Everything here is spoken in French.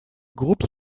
groupe